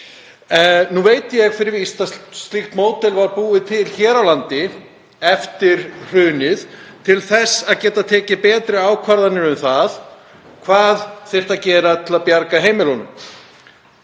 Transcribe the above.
Nú veit ég fyrir víst að slíkt módel var búið til hér á landi eftir hrunið til að hægt væri að taka betri ákvarðanir um það hvað þyrfti að gera til að bjarga heimilunum.